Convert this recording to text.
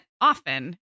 often